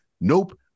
Nope